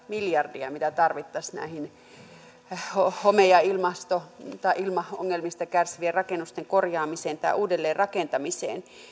miljardia mitä tarvittaisiin home ja ilmaongelmista kärsivien rakennusten korjaamiseen tai uudelleenrakentamiseen